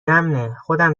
امنهخودم